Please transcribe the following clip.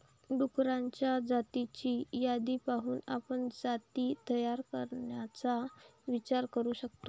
डुक्करांच्या जातींची यादी पाहून आपण जाती तयार करण्याचा विचार करू शकतो